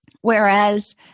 Whereas